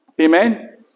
Amen